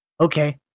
Okay